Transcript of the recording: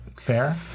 fair